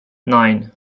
nine